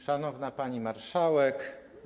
Szanowna Pani Marszałek!